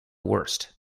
worst